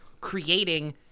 creating